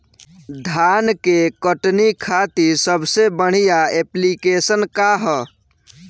धान के कटनी खातिर सबसे बढ़िया ऐप्लिकेशनका ह?